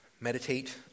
meditate